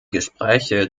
gespräche